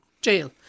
jail